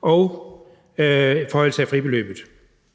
og en forhøjelse af fribeløbet.